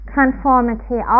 conformity